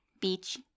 Beach